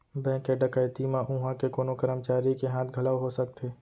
bank के डकैती म उहां के कोनो करमचारी के हाथ घलौ हो सकथे